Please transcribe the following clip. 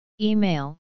Email